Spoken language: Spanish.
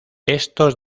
estos